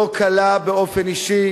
לא קלה באופן אישי,